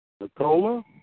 Nicola